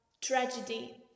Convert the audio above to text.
tragedy